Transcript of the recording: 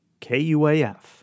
KUAF